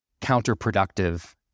counterproductive